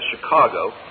Chicago